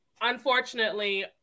Unfortunately